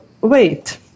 wait